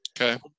Okay